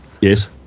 Yes